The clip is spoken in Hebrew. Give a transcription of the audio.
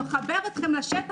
נחבר אתכם לשטח,